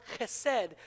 chesed